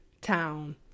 town